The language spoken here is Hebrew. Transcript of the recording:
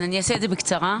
אני אדבר בקצרה.